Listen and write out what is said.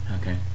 Okay